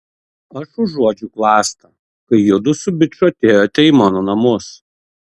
aš užuodžiau klastą kai judu su biču atėjote į mano namus